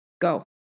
go